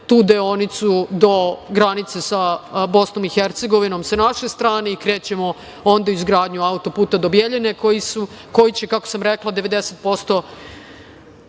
tu deonicu do granice sa Bosnom i Hercegovinom sa naše strane i krećemo onda izgradnju autoputa do Bjeljine koji će, kako sam rekla, 90%